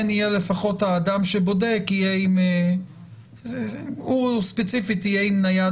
יהיה לפחות האדם שבודק כי אם הוא ספציפית יהיה עם נייד